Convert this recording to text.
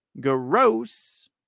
Gross